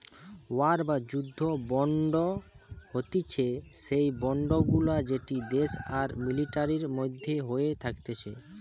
war বা যুদ্ধ bond হতিছে সেই বন্ড গুলা যেটি দেশ আর মিলিটারির মধ্যে হয়ে থাকতিছে